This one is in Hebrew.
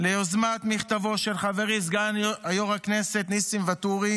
ליוזמת מכתבו של חברי סגן יו"ר הכנסת ניסים ואטורי